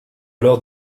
alors